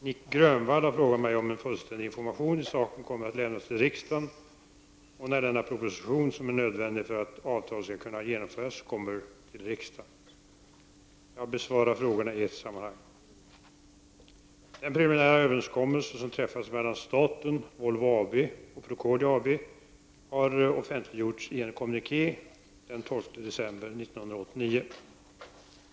Nic Grönvall har frågat mig om en fullständig information i saken kommer att lämnas till riksdagen och när den proposition som är nödvändig för att avtalet skall kunna genomföras kommer till riksdagen. Jag besvarar frågorna i ett sammanhang. Den preliminära överenskommelse som träffats mellan staten, Volvo AB och Procordia AB har offentliggjorts i en kommuniké den 12 december 1989.